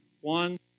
one